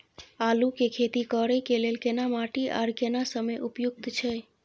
आलू के खेती करय के लेल केना माटी आर केना समय उपयुक्त छैय?